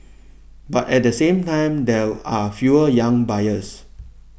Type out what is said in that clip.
but at the same time there are fewer young buyers